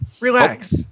Relax